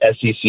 SEC